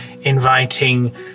inviting